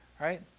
right